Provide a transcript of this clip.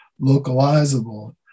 localizable